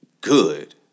good